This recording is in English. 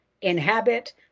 inhabit